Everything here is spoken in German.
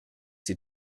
die